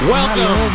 Welcome